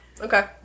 Okay